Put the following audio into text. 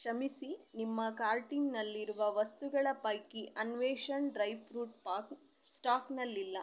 ಕ್ಷಮಿಸಿ ನಿಮ್ಮ ಕಾರ್ಟಿನಲ್ಲಿರುವ ವಸ್ತುಗಳ ಪೈಕಿ ಅನ್ವೇಷಣ್ ಡ್ರೈ ಫ್ರೂಟ್ ಪಾಕ್ ಸ್ಟಾಕ್ನಲ್ಲಿಲ್ಲ